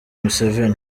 museveni